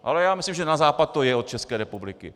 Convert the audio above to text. Ale já myslím, že na západ to je od České republiky.